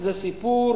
זה סיפור